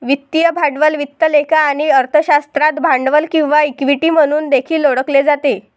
वित्तीय भांडवल वित्त लेखा आणि अर्थशास्त्रात भांडवल किंवा इक्विटी म्हणून देखील ओळखले जाते